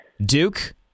Duke